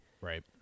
Right